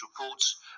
reports